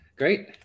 Great